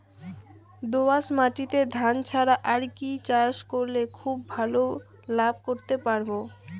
দোয়াস মাটিতে ধান ছাড়া আর কি চাষ করলে খুব ভাল লাভ করতে পারব?